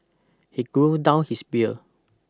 he grown down his beer